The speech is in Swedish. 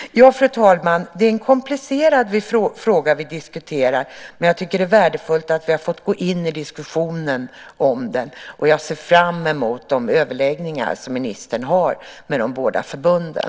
Fru talman! Det är en komplicerad fråga vi diskuterar. Jag tycker att det är värdefullt att vi har fått gå in i diskussionen. Jag ser fram emot de överläggningar som ministern har med de båda förbunden.